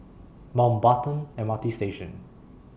Mountbatten M R T Station